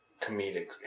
comedic